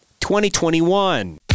2021